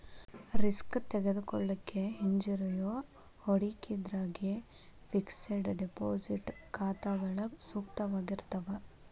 risk ತೆಗೆದುಕೊಳ್ಳಿಕ್ಕೆ ಹಿಂಜರಿಯೋ ಹೂಡಿಕಿದಾರ್ರಿಗೆ ಫಿಕ್ಸೆಡ್ ಡೆಪಾಸಿಟ್ ಖಾತಾಗಳು ಸೂಕ್ತವಾಗಿರ್ತಾವ